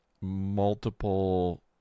multiple